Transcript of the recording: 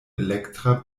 elektra